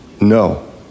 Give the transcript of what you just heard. No